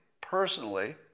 personally